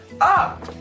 up